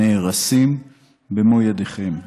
נהרסים במו ידיכם,